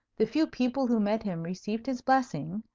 the few people who met him received his blessing,